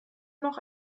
noch